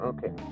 Okay